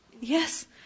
Yes